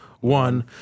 One